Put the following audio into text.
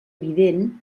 evident